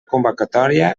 convocatòria